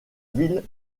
ville